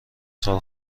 سال